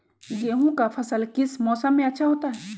गेंहू का फसल किस मौसम में अच्छा होता है?